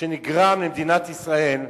שנגרם למדינת ישראל,